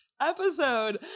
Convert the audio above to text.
episode